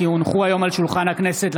כי הונחו היום על שולחן הכנסת,